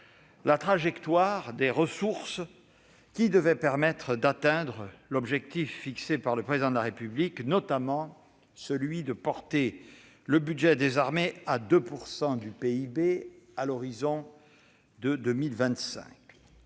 la trajectoire des ressources qui devaient permettre d'atteindre l'objectif fixé par le Président de la République, notamment celui de porter le budget des armées à 2 % du PIB à l'horizon de 2025.